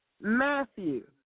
Matthew